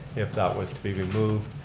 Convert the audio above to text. if that was to be removed.